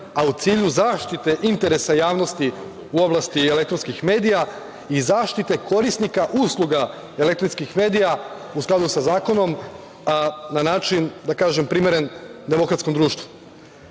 a u cilju zaštite interesa javnosti u oblasti elektronskih medija i zaštite korisnika usluga elektronskih medija u skladu sa zakonom, a na način primeren demokratskom društvu. Dakle,